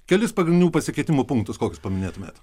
kelis pagrindinių pasikeitimo punktus koks paminėtumėt